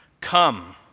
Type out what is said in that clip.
Come